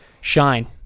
shine